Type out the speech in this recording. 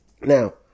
Now